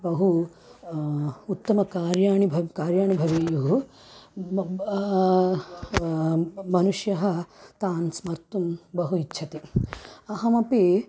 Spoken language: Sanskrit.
बहु उत्तमकार्याणि भव् कार्याणि भवेयुः म् म् म् मनुष्यः तान् स्मर्तुं बहु इच्छति अहमपि